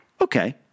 okay